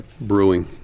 Brewing